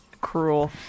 cruel